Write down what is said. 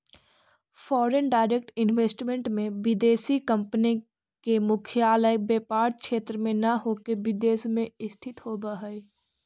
foreign direct investment में विदेशी company के मुख्यालय व्यापार क्षेत्र में न होके विदेश में स्थित होवऽ हई